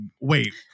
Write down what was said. Wait